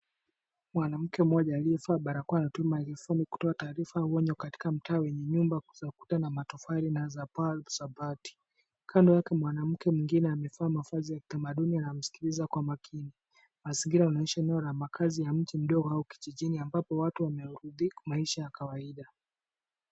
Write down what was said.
Mwanamke mmoja aliyevaa barakoa anatuma hisani kutoa taarifa au onyo kwenye mtaa wa kuta matofali na paa za mabati. Kando yake mwanamke mwingine amevaa mavazi ya kitamaduni na anamsikiliza kwa makini. Mazingira yanaonyesha eneo ya makaazi na nchi ndogo ama kijijini ambapo watu wameurithirika maisha ya kawaida.